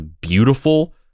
beautiful